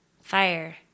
fire